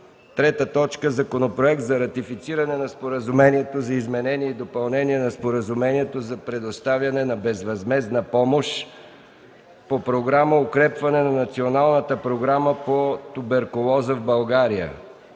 седмица. 3. Законопроект за ратифициране на Споразумението за изменение и допълнение на Споразумението за предоставяне на безвъзмездна помощ по Програма „Укрепване на националната програма по туберкулоза в България”